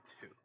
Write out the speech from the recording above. two